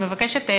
אני מבקשת,